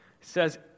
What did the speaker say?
says